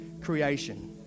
creation